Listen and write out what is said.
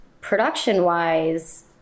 production-wise